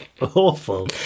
Awful